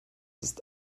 ist